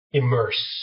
immerse